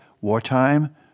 wartime